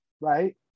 right